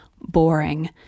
boring